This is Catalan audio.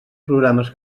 programes